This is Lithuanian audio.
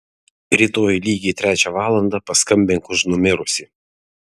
rytoj lygiai trečią valandą paskambink už numirusį